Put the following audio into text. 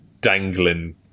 dangling